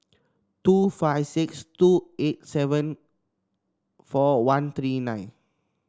two five six two eight seven four one three nine